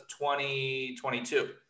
2022